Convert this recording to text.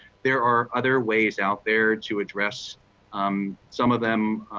there are other ways out there to address um some of them,